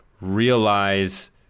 realize